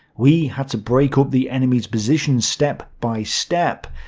we had to break up the enemy's positions step by step.